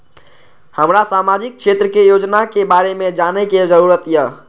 हमरा सामाजिक क्षेत्र के योजना के बारे में जानय के जरुरत ये?